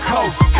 Coast